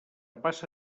passa